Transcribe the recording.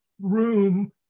room